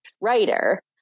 writer